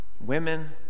women